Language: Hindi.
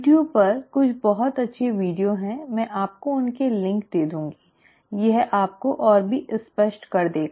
ट्यूब पर कुछ बहुत अच्छे वीडियो हैं मैं आपको उनके के लिंक दे दूंगी यह आपको और भी स्पष्ट कर देगा